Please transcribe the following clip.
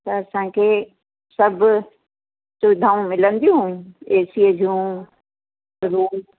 त असांखे सभु सुविधाऊं मिलंदियूं एसीअ जूं रूम